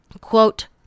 quote